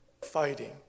fighting